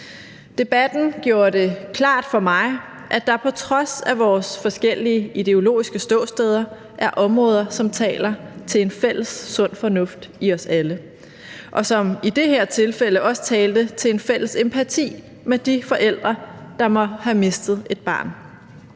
Debatten gjorde det klart for mig, at der på trods af vores forskellige ideologiske ståsteder er områder, som taler til en fælles sund fornuft i os alle, og som i det her tilfælde også taler til en fælles empati med de forældre, der har mistet et barn.